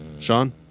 Sean